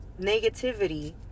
negativity